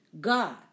God